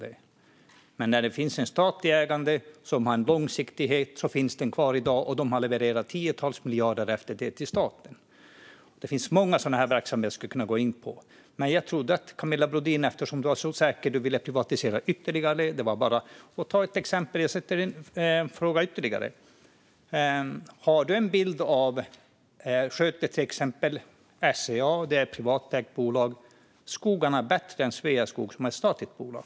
Eftersom det finns en statlig ägare som har en långsiktighet finns den kvar i dag. Den har levererat tiotals miljarder efter det till staten. Det finns många sådana verksamheter som jag skulle kunna gå in på. Jag trodde att Camilla Brodin var säker och ville privatisera ytterligare. Jag kan ställa ytterligare en fråga. SCA är ett privatägt bolag. Sköter det skogarna bättre än Sveaskog, som är ett statligt bolag?